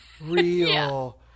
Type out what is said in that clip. Real